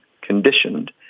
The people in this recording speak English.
conditioned